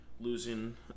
Losing